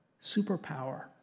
superpower